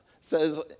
says